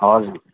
हजुर